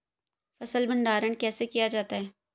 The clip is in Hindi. फ़सल भंडारण कैसे किया जाता है?